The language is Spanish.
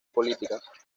políticas